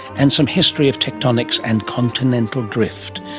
and some history of tectonics and continental drift.